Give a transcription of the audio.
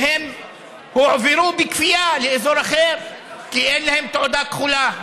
והם הועברו בכפייה לאזור אחר כי אין להם תעודה כחולה.